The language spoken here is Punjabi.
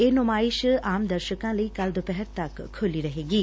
ਇਹ ਨੁਮਾਇਸ਼ ਆਮ ਦਰਸ਼ਕਾਂ ਲਈ ਕੱਲੂ ਦੁਪਹਿਰ ਤੱਕ ਖੁੱਲੀ ਰਹੇਗੀ